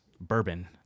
bourbon